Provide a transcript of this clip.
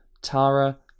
Tara